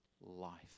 life